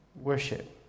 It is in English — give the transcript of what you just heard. worship